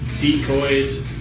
decoys